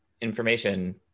information